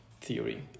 theory